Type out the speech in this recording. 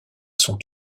sont